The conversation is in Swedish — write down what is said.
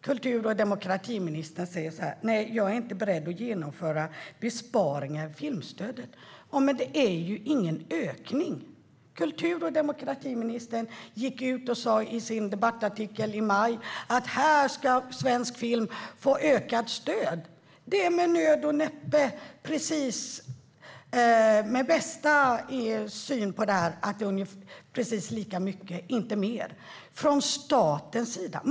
Kultur och demokratiministern säger att hon inte är beredd att genomföra besparingar i filmstödet. Men det sker inte heller någon ökning. Kultur och demokratiministern skrev i sin debattartikel i maj att svensk film skulle få ökat stöd. Men med bästa syn är det med nöd och näppe precis lika mycket från statens sida, inte mer.